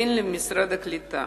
אין למשרד הקליטה